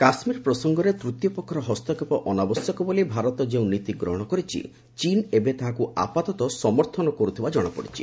କାଶ୍ମୀର ପ୍ରସଙ୍ଗରେ ତୂତୀୟ ପକ୍ଷର ହସ୍ତକ୍ଷେପ ଅନାବଶ୍ୟକ ବୋଲି ଭାରତ ଯେଉଁ ନୀତି ଗହଣ କରିଛି ଚୀନ ଏବେ ତାହାକୁ ଆପାତତଃ ସମର୍ଥନ କରୁଥିବା ଜଣାପଡ଼ିଛି